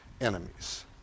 enemies